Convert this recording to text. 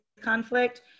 conflict